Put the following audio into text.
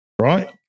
right